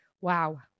Wow